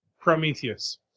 Prometheus